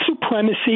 supremacy